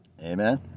Amen